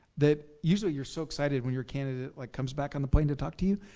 that usually you're so excited when your candidate like comes back on the plane to talk to you.